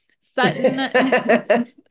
Sutton